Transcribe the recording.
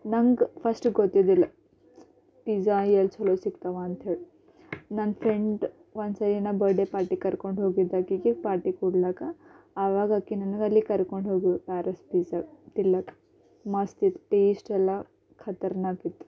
ನಂಗೆ ಫಸ್ಟು ಗೊತ್ತಿದ್ದಿಲ್ಲ ಪಿಝಾ ಎಲ್ಲಿ ಛಲೋ ಸಿಗ್ತವ ಅಂತೇಳಿ ನನ್ನ ಫ್ರೆಂಡ್ ಒಂದ್ಸರಿ ನನ್ನ ಬರ್ಡೇ ಪಾರ್ಟಿ ಕರ್ಕೊಂಡೋಗಿದ್ದಾಕಿಗೆ ಪಾರ್ಟಿ ಕೊಡ್ಲಾಕ ಆವಾಗಾಕೆ ನನಗಲ್ಲಿ ಕರ್ಕೊಂಡೋದ್ಲು ಪ್ಯಾರಿಸ್ ಪಿಝಾ ತಿನ್ಲಾಕ ಮಸ್ತಿತ್ತು ಟೇಷ್ಟೆಲ್ಲ ಖತರ್ನಾಕಿತ್ತು